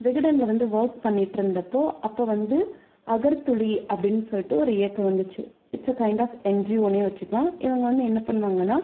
விகடனில் வந்து ஒர்க் பண்ணிவிட்டு இருந்தப்போ அப்போது வந்து அகர்துளி அப்படின்னு சொல்லிவிட்டு ஒரு இயக்கம் வந்துச்சு இட்ஸ் எ கைன்ட் ஆஃப் என்ஜிஓன்னே வெச்சிக்கலாம் இவங்க வந்து என்ன பண்ணுவாங்கன்னா